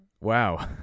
Wow